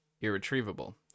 irretrievable